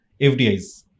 FDIs